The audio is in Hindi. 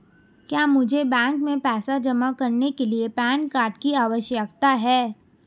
क्या मुझे बैंक में पैसा जमा करने के लिए पैन कार्ड की आवश्यकता है?